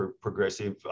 progressive